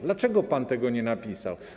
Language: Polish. Dlaczego pan tego nie napisał?